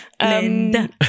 Linda